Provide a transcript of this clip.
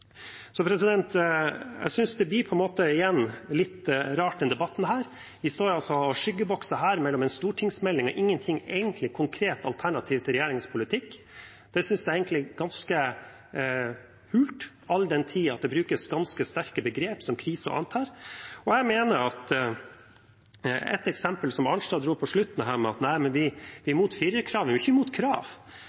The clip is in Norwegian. Jeg synes igjen det blir litt rart i denne debatten. Vi står og skyggebokser mellom en stortingsmelding og ikke noe – egentlig – konkret alternativ til regjeringens politikk. Det synes jeg er ganske hult, all den tid det brukes ganske sterke begrep her, som «krise» og annet. Når det gjelder et eksempel som Arnstad trakk fram her på slutten, om at man er imot firerkravet, men ikke at det stilles krav: Nei, men da er man heller ikke